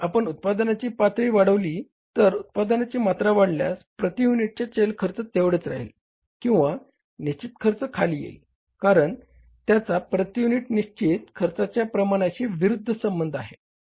जर आपण उत्पादनाची पातळी वाढविली तर उत्पादनाची मात्रा वाढल्यास प्रति युनिटची चल खर्च तेवढेच राहील किंवा निश्चित खर्च खाली येईल कारण त्याचा प्रती युनिट निश्चित खर्चाच्या प्रमाणाशी विरुद्ध सबंध आहे